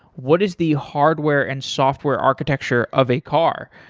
what is the hardware and software architecture of a car?